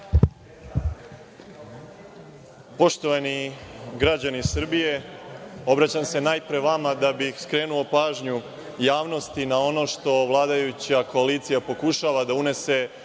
Poštovani građani Srbije, obraćam se najpre vama da bih skrenuo pažnju javnosti na ono što vladajuća koalicija pokušava da unese